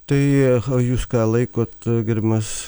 tai o jūs ką laikot gerbiamas